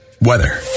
weather